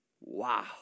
Wow